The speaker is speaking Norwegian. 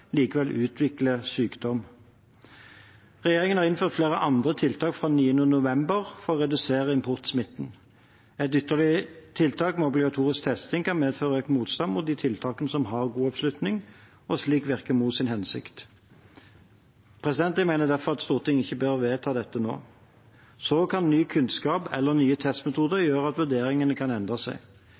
likevel utvikle sykdom. Regjeringen har innført flere andre tiltak fra 9. november for å redusere importsmitten. Et ytterligere tiltak med obligatorisk testing kan medføre økt motstand mot de tiltakene som har god oppslutning, og slik virke mot sin hensikt. Jeg mener derfor at Stortinget ikke bør vedta dette nå. Så kan ny kunnskap eller nye testmetoder gjøre at vurderingene kan endre seg.